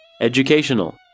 Educational